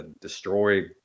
destroy